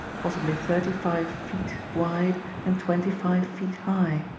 possibly thirty-five feet wide and twenty-five feet high.